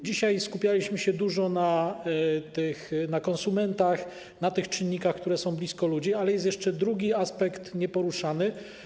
Dzisiaj skupialiśmy dużo uwagi na konsumentach, na czynnikach, które są blisko ludzi, ale jest jeszcze drugi aspekt, nieporuszany.